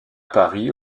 paris